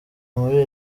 muri